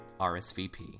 RSVP